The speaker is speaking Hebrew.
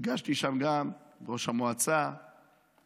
נפגשתי שם גם עם ראש המועצה ועם